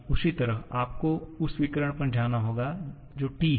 इसी तरह आपको उस विकर्ण पर जाना होगा जो T है